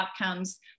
outcomes